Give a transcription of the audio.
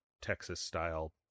Texas-style